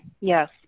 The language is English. Yes